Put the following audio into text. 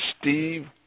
Steve